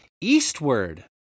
eastward